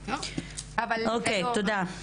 תודה.